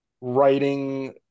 writing